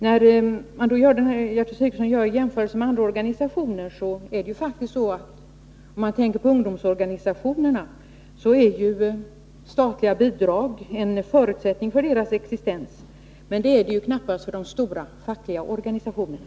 När Gertrud Sigurdsen gör jämförelsen med andra organisationer får man tänka på att det när det gäller ungdomsorganisationerna faktiskt är så, att statliga bidrag är en förutsättning för deras existens. Det är det ju knappast för de stora fackliga organisationerna.